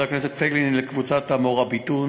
הכנסת פייגלין היא לקבוצת ה"מוראביטון",